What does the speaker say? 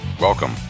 Welcome